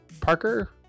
Parker